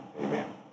Amen